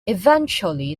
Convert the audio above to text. eventually